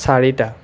চাৰিটা